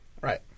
Right